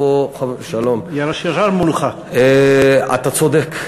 אתה צודק,